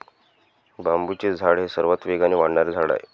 बांबूचे झाड हे सर्वात वेगाने वाढणारे झाड आहे